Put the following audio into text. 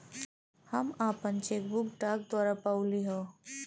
हम आपन cheque book डाक द्वारा पउली है